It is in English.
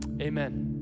Amen